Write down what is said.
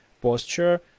posture